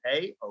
pay